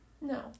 No